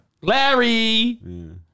Larry